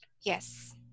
Yes